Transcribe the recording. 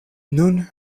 nun